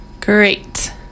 great